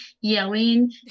yelling